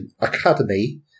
Academy